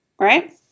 Right